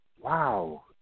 wow